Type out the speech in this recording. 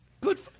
Good